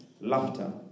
laughter